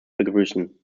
begrüßen